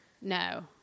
No